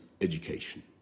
education